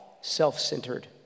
self-centered